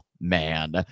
man